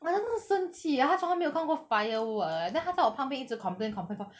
我那是真的生气 eh 他从来没有看过 firework eh then 他在我旁边一直 complain complain complain